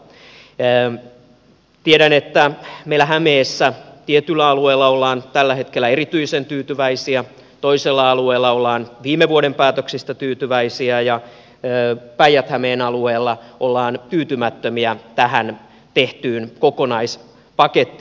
tiedän että meillä hämeessä tietyllä alueella ollaan tällä hetkellä erityisen tyytyväisiä toisella alueella ollaan viime vuoden päätöksistä tyytyväisiä ja päijät hämeen alueella ollaan tyytymättömiä tähän tehtyyn kokonaispakettiin